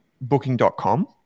booking.com